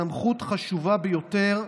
סמכות חשובה ביותר,